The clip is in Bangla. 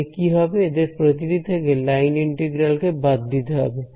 তাহলে কি হবে এদের প্রতিটি থেকে লাইন ইন্টিগ্রাল কে বাদ দিতে হবে